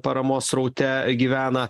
paramos sraute gyvena